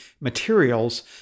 materials